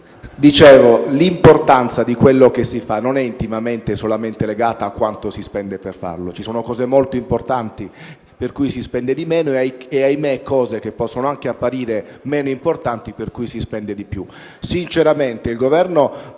L'importanza di quello che si fa non è solamente legata a quanto si spende: ci sono cose molto importanti per cui si spende di meno e - ahimè - cose che possono anche apparire meno importanti per cui si spende di più.